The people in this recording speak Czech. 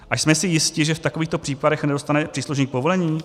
A jsme si jisti, že v takovýchto případech nedostane příslušník povolení?